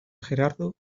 gerardo